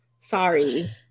sorry